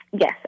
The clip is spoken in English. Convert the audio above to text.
Yes